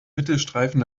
mittelstreifen